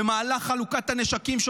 במהלך חלוקת הנשקים,